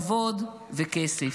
כבוד וכסף.